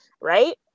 right